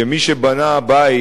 שמי שבנה בית,